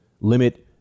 limit